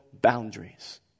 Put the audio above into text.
boundaries